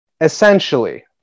essentially